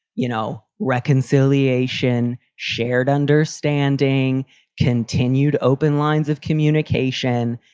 you know, reconciliation, shared understanding, continue to open lines of communication.